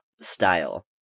style